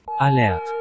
Alert